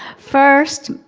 first,